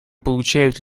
получают